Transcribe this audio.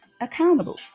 accountable